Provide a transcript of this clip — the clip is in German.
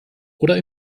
oder